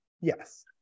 Yes